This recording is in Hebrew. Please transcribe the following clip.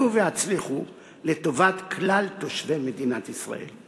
עלו והצליחו לטובת כלל תושבי מדינת ישראל.